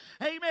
Amen